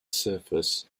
surface